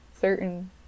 certain